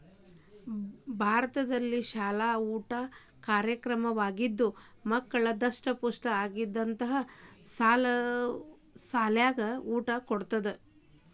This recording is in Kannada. ಭಾರತದಲ್ಲಿಶಾಲ ಊಟದ ಕಾರ್ಯಕ್ರಮವಾಗಿದ್ದು ಮಕ್ಕಳು ದಸ್ಟಮುಷ್ಠ ಆಗಲಿ ಅಂತ ಸಾಲ್ಯಾಗ ಊಟ ಕೊಡುದ